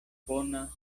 bona